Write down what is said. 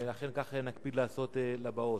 ואכן כך נקפיד לעשות לבאות.